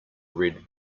red